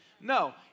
No